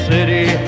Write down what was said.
City